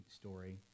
story